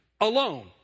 alone